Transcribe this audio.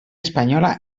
espanyola